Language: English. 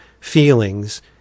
feelings